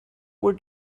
were